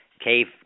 cave